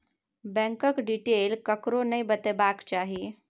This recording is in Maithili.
बैंकक डिटेल ककरो नहि बतेबाक चाही